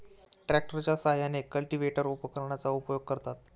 ट्रॅक्टरच्या साहाय्याने कल्टिव्हेटर उपकरणाचा उपयोग करतात